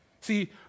See